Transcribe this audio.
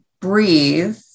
breathe